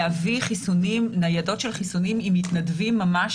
להביא ניידות של חיסונים עם מתנדבים ממש